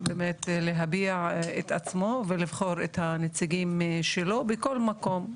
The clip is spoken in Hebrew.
באמת להביע את עצמו ולבחור את הנציגים שלו בכל מקום,